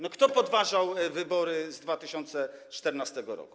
No kto podważał wybory z 2014 r.